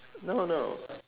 no no